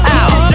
out